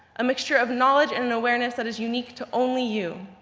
a mixture of knowledge and and awareness that is unique to only you.